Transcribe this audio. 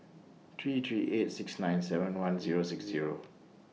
three three eight six nine seven one Zero six Zero